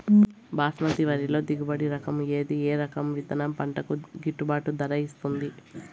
బాస్మతి వరిలో దిగుబడి రకము ఏది ఏ రకము విత్తనం పంటకు గిట్టుబాటు ధర ఇస్తుంది